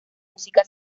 música